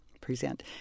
present